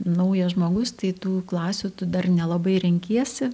naujas žmogus tai tų klasių tu dar nelabai renkiesi